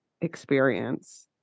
experience